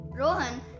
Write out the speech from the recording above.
Rohan